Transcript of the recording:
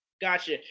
Gotcha